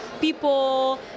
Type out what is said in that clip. people